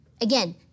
Again